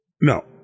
No